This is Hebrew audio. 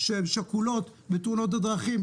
המשפחות השכולות בתאונות הדרכים,